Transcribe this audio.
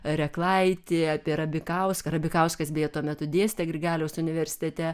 reklaitį apie rabikauską rabikauskas beje tuo metu dėstė grigaliaus universitete